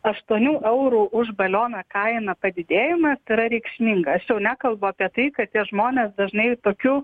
aštuonių eurų už balioną kaina padidėjimas yra reikšminga aš jau nekalbu apie tai kad tie žmonės dažnai tokiu